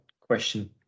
question